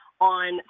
on